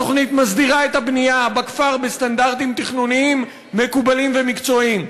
התוכנית מסדירה את הבנייה בכפר בסטנדרטים תכנוניים מקובלים ומקצועיים.